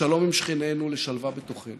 לשלום עם שכנינו, לשלווה בתוכנו.